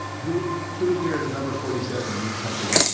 who who here does number forty seven mean something?